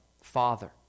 Father